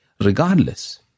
Regardless